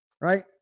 right